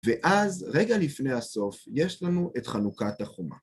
ואז, רגע לפני הסוף, יש לנו את חנוכת החומה.